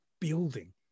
building